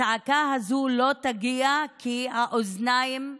הצעקה הזאת לא תגיע, כי האוזניים אטומות,